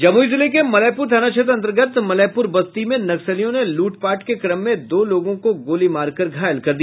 जमुई जिले के मलयपुर थाना क्षेत्र अन्तर्गत मलयपुर बस्ती में नक्सलियों ने लूट पाट के क्रम में दो लोगों को गोली मारकर घायल कर दिया